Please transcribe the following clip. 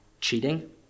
cheating